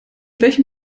welchen